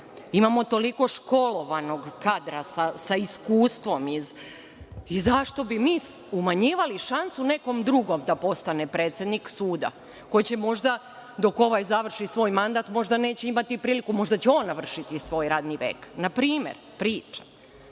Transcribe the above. Imamo toliko školovanog kadra sa iskustvom i zašto bi mi umanjivali šansu nekom drugom da postane predsednik suda koji će možda dok ovaj završi svoj mandat možda neće imati priliku, možda će on završiti svoj radni vek. Na primer, pričam.